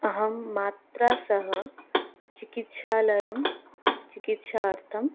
अहं मात्रा सह चिकित्सालयं चिकित्सार्थं